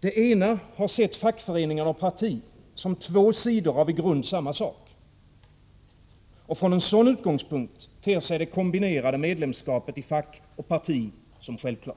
Det ena har varit att fackföreningar och parti är två sidor av i grund samma sak. Från en sådan utgångspunkt ter sig det kombinerade medlemskapet i fack och parti som självklart.